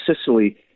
Sicily